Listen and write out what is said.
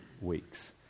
weeks